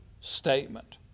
statement